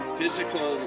physical